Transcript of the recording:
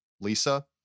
Lisa